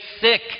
sick